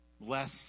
less